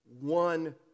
one